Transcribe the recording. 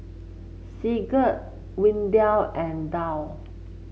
Sigurd Windell and Dow